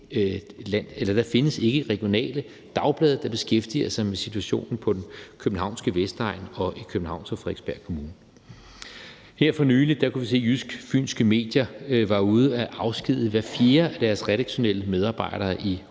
for der findes ikke regionale dagblade, der beskæftiger sig med situationen på den københavnske Vestegn og i Københavns og Frederiksberg Kommuner. Her for nylig kunne vi se, at Jysk Fynske Medier var ude at afskedige hver fjerde af deres redaktionelle medarbejdere i